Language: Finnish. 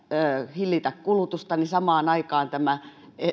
hillitä kulutusta niin samaan aikaan tämä